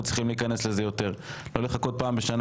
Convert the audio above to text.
צריכים להיכנס לזה יותר ולא לחכות לפעם בשנה,